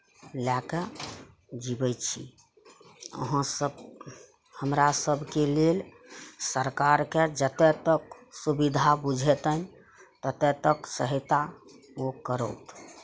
लए कऽ जीबै छी अहाँ सब हमरा सबके लेल सरकारके जतै तक सुविधा बुझेतनि ततेक तक सहयता ओ करथि